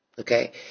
okay